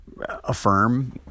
affirm